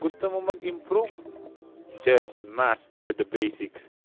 um ah improve justmasterthebasics